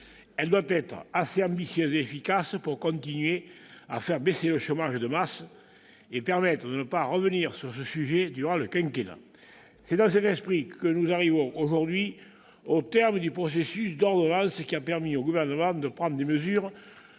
elle doit être assez ambitieuse et efficace pour continuer à faire baisser le chômage de masse et permettre de ne pas revenir sur ce sujet durant le quinquennat. » C'est dans cet esprit que nous arrivons aujourd'hui au terme du processus de ratification des ordonnances, qui a permis au Gouvernement de prendre des mesures